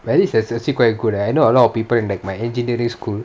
but at least it's actually quite good I know a lot of people in like my engineering school